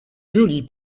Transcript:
joli